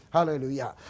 Hallelujah